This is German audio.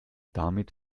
damit